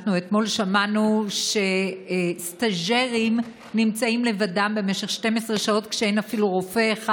אתמול שמענו שסטאז'רים נמצאים לבדם במשך 12 שעות כשאין אפילו רופא אחד,